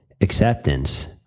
acceptance